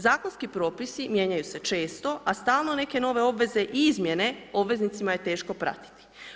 Zakonski propisi mijenjaju se često, a stalno neke nove obveze i izmjene obveznicima je teško pratiti.